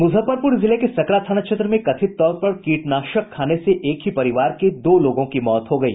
मुजफ्फरपुर जिले के सकरा थाना क्षेत्र में कथित तौर पर कीटनाशक खाने से एक ही परिवार के दो लोगों की मौत हो गयी